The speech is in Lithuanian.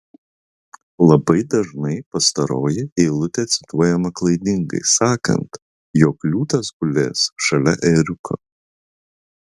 labai dažnai pastaroji eilutė cituojama klaidingai sakant jog liūtas gulės šalia ėriuko